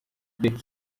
beef